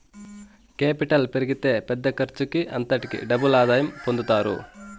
capital పెరిగితే పెద్ద ఖర్చుకి అంతటికీ డబుల్ ఆదాయం పొందుతారు